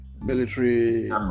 Military